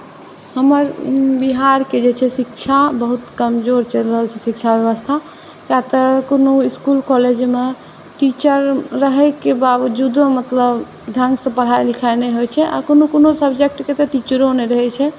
हमर बिहारके जे छै शिक्षा बहुत कमजोर चलि रहल छै शिक्षा व्यवस्था किआ तऽ कोनो इस्कुल कॉलेजमे टीचर रहयके बावजूदो मतलब ढङ्गसे पढ़ाइ लिखाइ नहि होइत छै आ कोनो कोनो सब्जेक्टके तऽ टीचरो नहि रहैत छै